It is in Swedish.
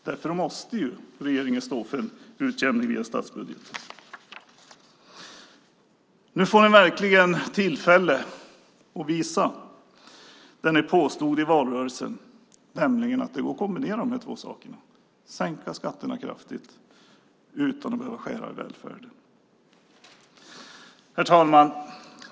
Därför måste regeringen stå för en utjämning via statsbudgeten. Nu får ni verkligen tillfälle att visa det ni påstod i valrörelsen, nämligen att det går att sänka skatterna kraftigt utan att behöva skära i välfärden. Herr talman!